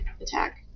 attack